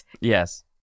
Yes